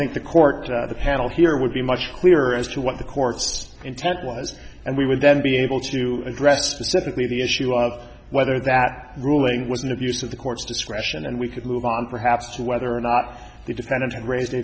think the court the panel here would be much clearer as to what the court's intent was and we would then be able to address specifically the issue of whether that ruling was an abuse of the court's discretion and we could move on perhaps to whether or not the defendant had raised